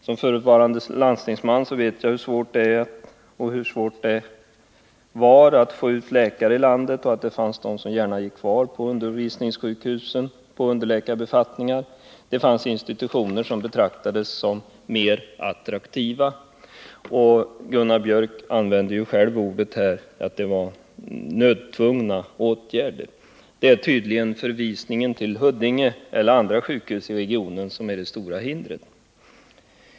Som förutvarande landstingsman vet jag hur svårt det varit att få läkare att flytta ut i landsorten — det fanns läkare som gärna gick kvar på underläkarbefattningar på undervisningssjukhusen. Det fanns institutioner som betraktades som mer attraktiva. Gunnar Biörck använde själv uttrycket ”nödtvungna åtgärder” i detta sammanhang. Det är tydligen ”förvisningen” till Huddinge sjukhus eller till andra sjukhus i regionen som upplevts som det stora hindret.